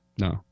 No